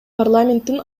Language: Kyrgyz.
парламенттин